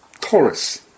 Taurus